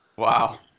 Wow